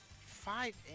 Five